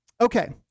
Okay